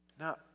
Now